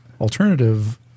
alternative